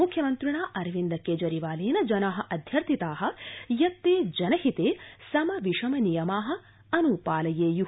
मुख्यमन्त्रिणा अरविन्द केजरीवालेन जना अध्यर्थिता यत् ते जनहिते सम विषम नियमा अन्पालयेयू